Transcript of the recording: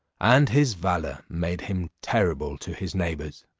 and his valour made him terrible to his neighbours.